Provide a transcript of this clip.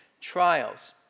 trials